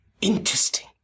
interesting